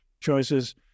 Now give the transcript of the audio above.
choices